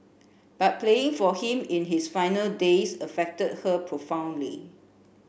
but playing for him in his final days affected her profoundly